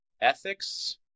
ethics